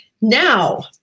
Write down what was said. Now